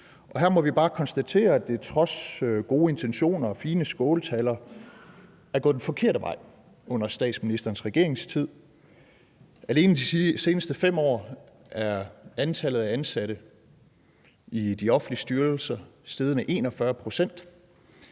og her må vi bare konstatere, at det trods gode intentioner og fine skåltaler er gået den forkerte vej under statsministerens regeringstid. Alene de seneste 5 år er antallet af ansatte i de offentlige styrelser steget med 41 pct.